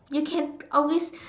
you can always